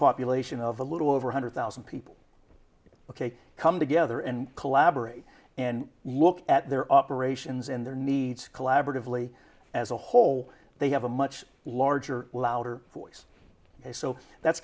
population of a little over a hundred thousand people ok come together and collaborate and look at their operations in their needs collaboratively as a whole they have a much larger louder voice and so that's